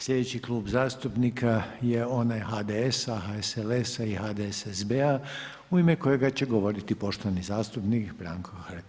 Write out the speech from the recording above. Slijedeći Klub zastupnika je onaj HDS-a, HSLS-a i HDSSB-a u ime kojega će govoriti poštovani zastupnik Branko Hrg.